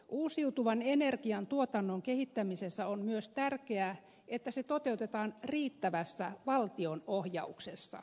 uusiutuvan energian tuotannon kehittämisessä on myös tärkeää että se toteutetaan riittävässä valtion ohjauksessa